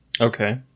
Okay